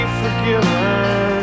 forgiven